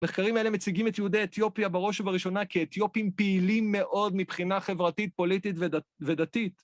מחקרים האלה מציגים את יהודי אתיופיה בראש ובראשונה כאתיופים פעילים מאוד מבחינה חברתית, פוליטית ודתית.